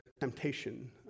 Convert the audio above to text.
temptation